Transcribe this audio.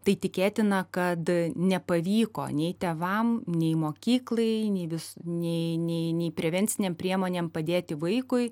tai tikėtina kad nepavyko nei tėvam nei mokyklai nei vis nei nei nei prevencinėm priemonėm padėti vaikui